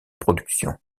production